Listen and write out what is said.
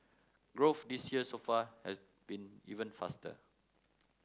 growth this year so far has been even faster